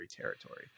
territory